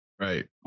Right